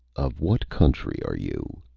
of what country are you?